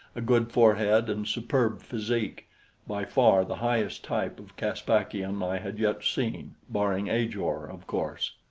a good forehead and superb physique by far the highest type of caspakian i had yet seen, barring ajor, of course.